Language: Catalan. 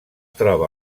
troba